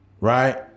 right